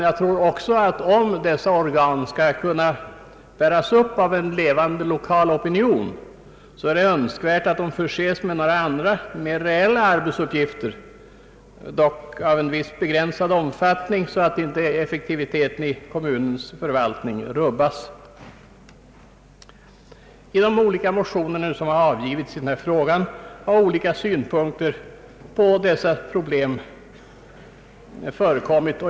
Jag tror också att om dessa organ skall kunna bäras upp av en levande lokal opinion, så är det önskvärt att de ges mera reella ar betsuppgifter, dock av en viss begränsad omfattning så att effektiviteten i kommunens förvaltning inte rubbas. I de motioner som avgivits i denna fråga har olika synpunkter på dessa problem redovisats.